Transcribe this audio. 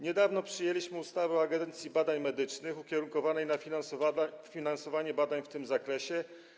Niedawno przyjęliśmy ustawę o Agencji Badań Medycznych ukierunkowanej na finansowanie badań w tym zakresie.